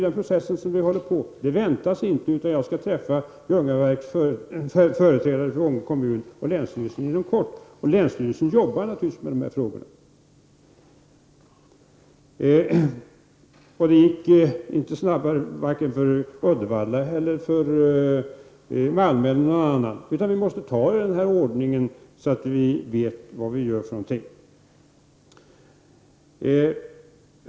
Denna process håller vi på med nu. Det väntas inte, utan jag skall träffa företrädare för Ånge kommun och länsstyrelsen i kort. Länsstyrelsen arbetar naturligtvis med dessa frågor. Det gick inte snabbare för vare sig Uddevalla, Malmö eller någon annan kommun. Vi måste ta det i denna ordning så att vi vet vad vi gör för någonting.